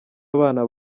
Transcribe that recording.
abana